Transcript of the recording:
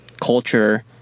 culture